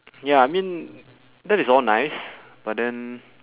ya I mean that is all nice but then